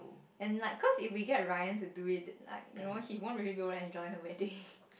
and like cause if we get Ryan to do it he won't really be able to enjoy the weeding